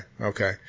Okay